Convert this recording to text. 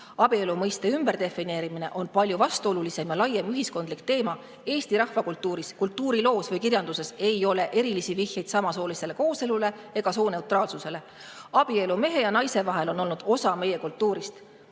Abielu mõiste ümberdefineerimine on palju vastuolulisem ja laiem ühiskondlik teema. Eesti rahvakultuuris, kultuuriloos ega kirjanduses ei ole erilisi vihjeid samasooliste kooselule ega sooneutraalsusele. Abielu mehe ja naise vahel on olnud osa meie kultuurist.